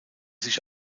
sich